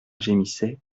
gémissait